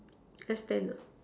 S ten ah